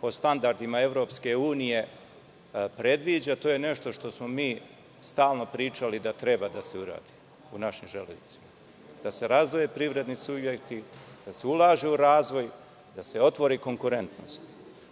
po standardima EU predviđa, to je nešto što smo mi stalno pričali da treba da se uradi u našoj železnici, da se razdvoje privredni subjekti, da se ulaže u razvoj i otvori konkurentnost.